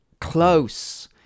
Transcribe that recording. close